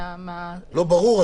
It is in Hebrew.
ברור.